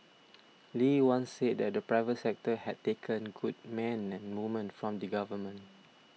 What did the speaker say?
Lee once said that the private sector had taken good men and women from the government